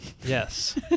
Yes